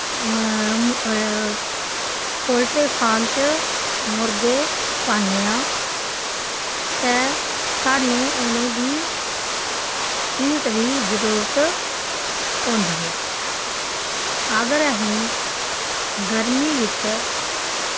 poultry farm च मुर्गे पान्ने आं ते स्हानू उ'नेंगी हीट दी जरुर पौंदी ऐ अगर अस गर्मीं बिच्च